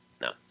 No